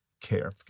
care